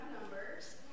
numbers